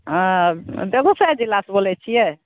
बेगूसराय जिला सऽ बोलै छियै